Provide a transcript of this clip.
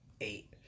eight